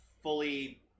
fully